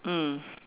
mm